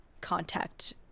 contact